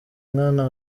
nkana